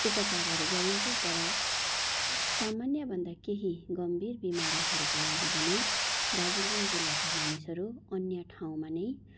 उपचारहरू गरिन्छ तर सामान्यभन्दा केही गम्भीर बिमारीहरूका लागि पनि दार्जिलिङ जिल्लाका मानिसहरू अन्य ठाउँमा नै